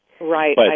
Right